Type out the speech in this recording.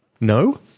No